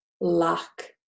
lack